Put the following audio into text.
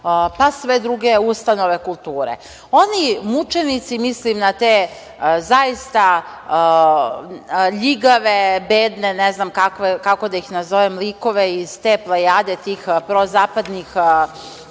pa sve druge ustanove kulture. Oni mučenici, mislim na te, zaista ljigave, bedne, ne znam kako da ih nazovem, likove iz te plejade tih prozapadnih